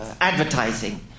advertising